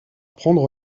prendre